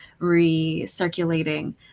recirculating